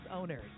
owners